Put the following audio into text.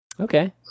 Okay